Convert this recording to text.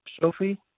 Sophie